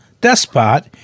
despot